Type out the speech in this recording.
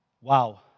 Wow